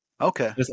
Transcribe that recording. okay